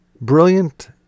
Brilliant